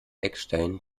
eckstein